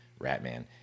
Ratman